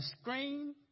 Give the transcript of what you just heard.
scream